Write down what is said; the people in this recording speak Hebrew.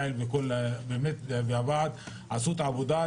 עלא והוועד עשו את העבודה,